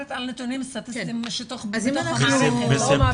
זה מה שאני